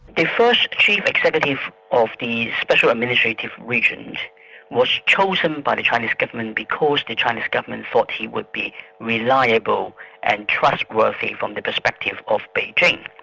the first chief executive of the special administrative regions was chosen by the chinese government because the chinese government thought he would be reliable and trustworthy from the perspective of beijing.